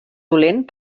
dolent